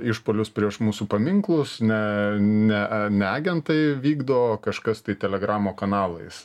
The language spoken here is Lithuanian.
išpuolius prieš mūsų paminklus ne ne ne agentai vykdo o kažkas tai telegramo kanalais